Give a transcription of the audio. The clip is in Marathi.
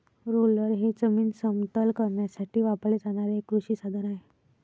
रोलर हे जमीन समतल करण्यासाठी वापरले जाणारे एक कृषी साधन आहे